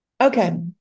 okay